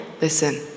listen